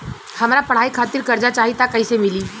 हमरा पढ़ाई खातिर कर्जा चाही त कैसे मिली?